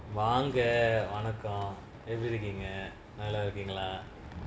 வாங்க வணக்கொ எப்டி இருக்கிங்க நல்லா இருகிங்களா:vaanga vanako epdi irukinga nallaa irukingalaa